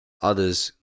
others